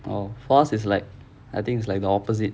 orh for us is like I think it's like the opposite